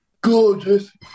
gorgeous